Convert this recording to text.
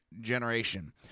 generation